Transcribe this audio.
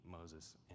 Moses